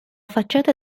facciata